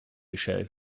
show